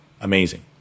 amazing